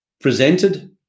presented